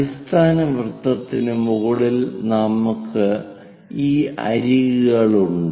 അടിസ്ഥാന വൃത്തത്തിന് മുകളിൽ നമുക്ക് ഈ അരികുകളുണ്ട്